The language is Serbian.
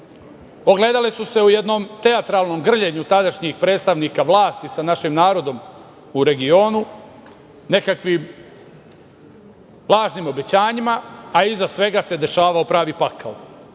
Ogledale su se u jednom teatralnom grljenju tadašnjih predstavnika vlasti sa našim narodom u regionu, nekakvim lažnim obećanjima, a iza svega se dešavao pravi pakao.